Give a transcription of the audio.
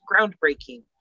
groundbreaking